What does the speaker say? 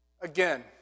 Again